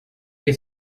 que